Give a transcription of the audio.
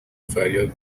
فریاد